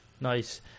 Nice